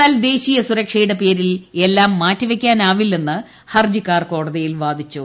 എന്നാൽ ദേശീയ സുരക്ഷയുടെ പേരിൽ എല്ലാം മാറ്റിവയ്ക്കാനാവില്ലെന്ന് ഹർജിക്കാർ കോടതിയിൽ വാദിച്ചു